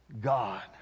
God